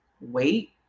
wait